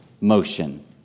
motion